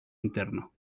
interno